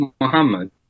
Muhammad